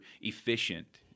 efficient